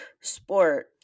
sport